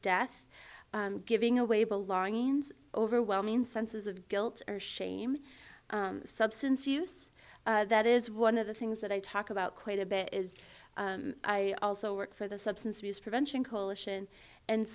death giving away belongings overwhelming senses of guilt or shame substance use that is one of the things that i talk about quite a bit is i also work for the substance abuse prevention coalition and